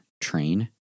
train